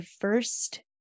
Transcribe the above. first